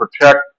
protect